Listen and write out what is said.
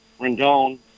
Rendon